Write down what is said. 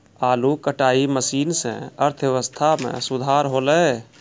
आलू कटाई मसीन सें अर्थव्यवस्था म सुधार हौलय